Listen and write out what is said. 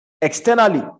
externally